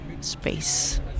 space